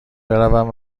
بروم